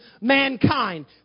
mankind